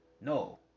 No